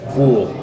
fool